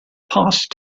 past